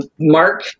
Mark